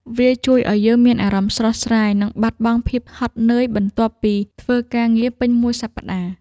វាជួយឱ្យយើងមានអារម្មណ៍ស្រស់ស្រាយ និងបាត់បង់ភាពហត់នឿយបន្ទាប់ពីធ្វើការងារពេញមួយសប្តាហ៍។